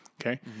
okay